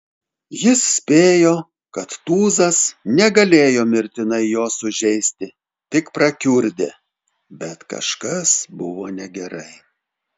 jis spėjo kad tūzas negalėjo mirtinai jo sužeisti tik prakiurdė bet kažkas buvo negerai